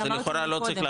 זה לכאורה לא צריך,